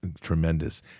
tremendous